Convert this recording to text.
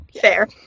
Fair